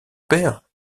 père